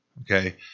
Okay